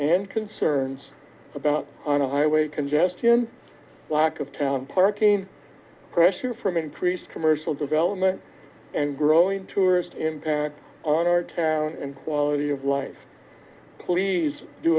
and concerns about on a highway congestion lack of town parking pressure from increased commercial development and growing tourist impact and quality of life please do